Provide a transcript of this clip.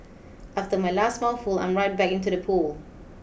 after my last mouthful I'm right back into the pool